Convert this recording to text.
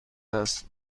دست